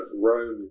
Rome